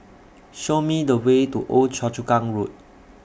Show Me The Way to Old Choa Chu Kang Road